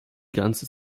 ganze